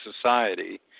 society